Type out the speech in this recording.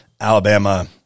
Alabama –